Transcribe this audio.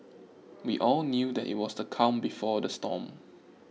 we all knew that it was the calm before the storm